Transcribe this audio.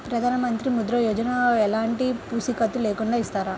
ప్రధానమంత్రి ముద్ర యోజన ఎలాంటి పూసికత్తు లేకుండా ఇస్తారా?